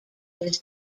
his